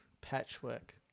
Patchwork